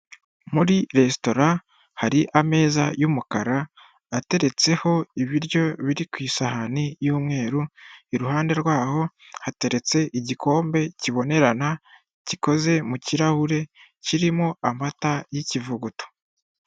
Muri resitora hari ameza y'umukara ateretseho ibiryo biri ku isahani y'umweru, iruhande rwaho hateretse igikombe kibonerana gikoze mu kirahure kirimo amata y'ikivuguto.